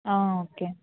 okay